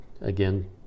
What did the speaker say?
again